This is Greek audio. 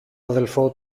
αδελφό